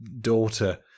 daughter